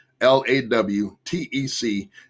L-A-W-T-E-C